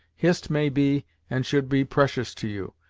hist may be, and should be precious to you,